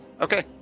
Okay